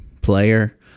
player